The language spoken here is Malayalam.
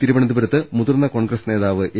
തിരുവനന്തപുരത്ത് മുതിർന്ന കോൺഗ്രസ് നേതാവ് എ